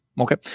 Okay